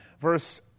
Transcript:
Verse